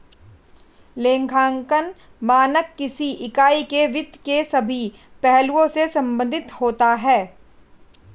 लेखांकन मानक किसी इकाई के वित्त के सभी पहलुओं से संबंधित होता है